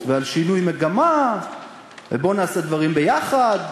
ועל שינוי מגמה ובואו נעשה דברים ביחד.